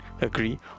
agree